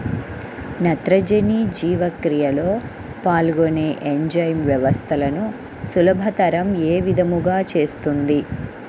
నత్రజని జీవక్రియలో పాల్గొనే ఎంజైమ్ వ్యవస్థలను సులభతరం ఏ విధముగా చేస్తుంది?